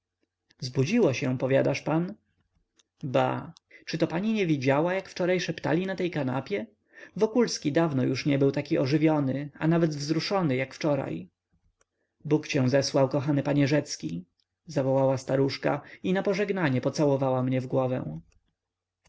zbudziło się powiadasz pan bah czyto pani nie widziała jak wczoraj szeptali na tej kanapie wokulski dawno już nie był tak ożywiony a nawet wzruszony jak wczoraj bóg cię zesłał kochany panie rzecki zawołała staruszka i na pożegnanie pocałowała mnie w głowę